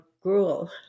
gruel